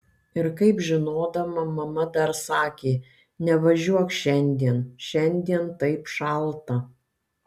ir kaip žinodama mama dar sakė nevažiuok šiandien šiandien taip šalta